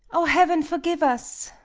o, heaven forgive us!